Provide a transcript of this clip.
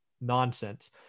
nonsense